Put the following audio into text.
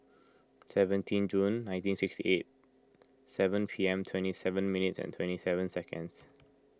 seventeen June nineteen sixty eight seven P M twenty seven minutes and twenty seven seconds